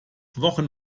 wochen